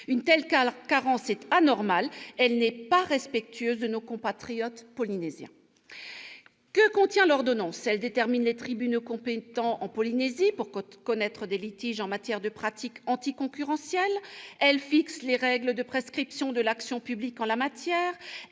Une telle carence est anormale, elle n'est pas respectueuse de nos compatriotes polynésiens. Que contient l'ordonnance ? Elle détermine les tribunaux compétents en Polynésie pour connaître des litiges en matière de pratiques anticoncurrentielles ; elle fixe les règles de prescription de l'action publique en la même